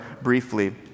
briefly